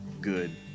good